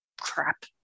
crap